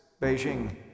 Beijing